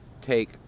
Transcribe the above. take